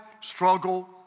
struggle